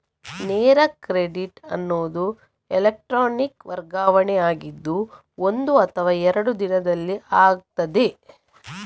ನೇರ ಕ್ರೆಡಿಟ್ ಅನ್ನುದು ಎಲೆಕ್ಟ್ರಾನಿಕ್ ವರ್ಗಾವಣೆ ಆಗಿದ್ದು ಒಂದು ಅಥವಾ ಎರಡು ದಿನದಲ್ಲಿ ಆಗ್ತದೆ